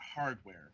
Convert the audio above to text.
hardware